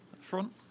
front